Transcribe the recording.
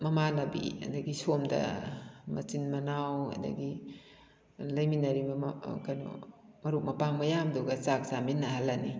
ꯃꯃꯥꯟꯅꯕꯤ ꯑꯗꯒꯤ ꯁꯣꯝꯗ ꯃꯆꯤꯟ ꯃꯅꯥꯎ ꯑꯗꯒꯤ ꯂꯩꯃꯤꯟꯅꯔꯤꯕ ꯀꯩꯅꯣ ꯃꯔꯨꯞ ꯃꯄꯥꯡ ꯃꯌꯥꯝꯗꯨꯒ ꯆꯥꯛ ꯆꯥꯃꯤꯟꯅꯍꯜꯂꯅꯤ